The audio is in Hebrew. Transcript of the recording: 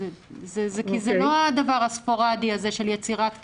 כי זה לא הדבר הספורדי של יצירת קשר.